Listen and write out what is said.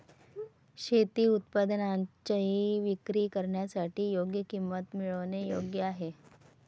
शेती उत्पादनांची विक्री करण्यासाठी योग्य किंमत मिळवणे योग्य आहे